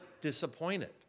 disappointed